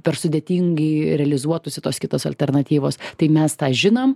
per sudėtingai realizuotųsi tos kitos alternatyvos tai mes tą žinom